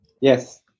Yes